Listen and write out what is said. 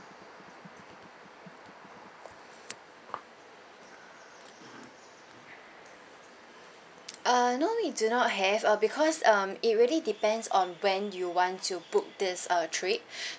uh no we do not have uh because um it really depends on when you want to book this uh trip